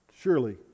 surely